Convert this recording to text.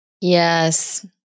Yes